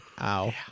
Ow